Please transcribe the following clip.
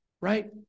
right